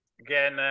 Again